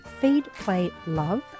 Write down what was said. feedplaylove